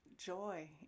joy